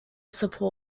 support